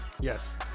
Yes